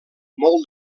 molt